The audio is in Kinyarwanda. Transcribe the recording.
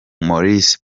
maurice